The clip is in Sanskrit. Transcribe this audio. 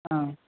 आं